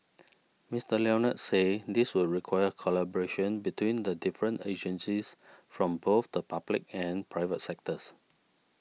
Mister Leonard said this would require collaboration between the different agencies from both the public and private sectors